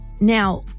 Now